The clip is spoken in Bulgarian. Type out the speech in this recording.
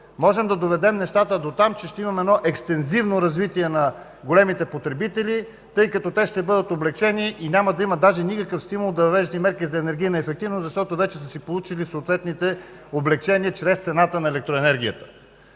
можем да доведем нещата дотам, че ще имаме едно екстензивно развитие на големите потребители, тъй като те ще бъдат облекчени и няма да имат даже никакъв стимул да въвеждат и мерки за енергийна ефективност, защото вече са си получили съответните облекчения чрез цената на електроенергията.